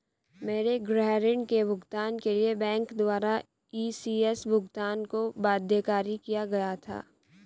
मेरे गृह ऋण के भुगतान के लिए बैंक द्वारा इ.सी.एस भुगतान को बाध्यकारी किया गया था